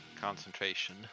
Concentration